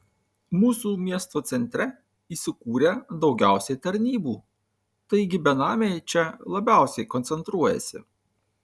mūsų miesto centre įsikūrę daugiausiai tarnybų taigi benamiai čia labiausiai koncentruojasi